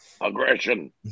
Aggression